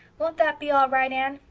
won't that be all right, anne?